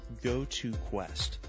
GoToQuest